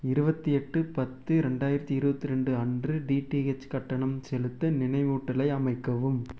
இருபத்தி எட்டு பத்து ரெண்டாயிரத்து இருபத்ரெண்டு அன்று டிடிஹெச் கட்டணம் செலுத்த நினைவூட்டலை அமைக்கவும்